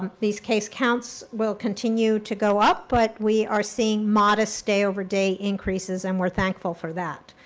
um these case counts will continue to go up but we are seeing modest day-over-day increases, and we're thankful for that.